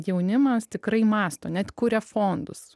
jaunimas tikrai mąsto net kuria fondus